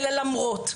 אלא למרות,